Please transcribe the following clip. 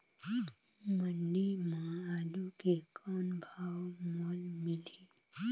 मंडी म आलू के कौन भाव मोल मिलही?